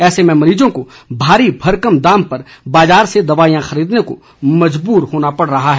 ऐसे में मरीजों को भारी भरकम दाम पर बाजार से दवाईयां खरीदने को मजबूर होना पड़ रहा है